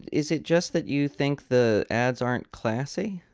is it just that you think the ads aren't classy?